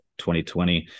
2020